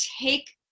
take